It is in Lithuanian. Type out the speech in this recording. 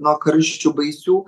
nuo karščių baisių